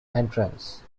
entrance